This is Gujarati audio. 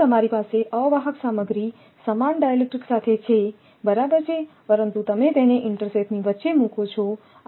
પરંતુ તમારી પાસે અવાહક સામગ્રી સમાન ડાઇલેક્ટ્રિક સાથે છે બરાબર છેપરંતુ તમે તેને ઇન્ટરસેથની વચ્ચે મૂકો છો